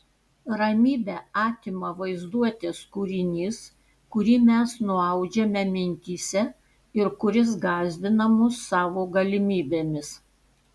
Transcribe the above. ramybę atima vaizduotės kūrinys kurį mes nuaudžiame mintyse ir kuris gąsdina mus savo galimybėmis